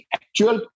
actual